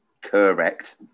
Correct